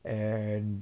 and